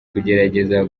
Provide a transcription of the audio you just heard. kugerageza